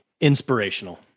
inspirational